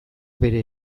bere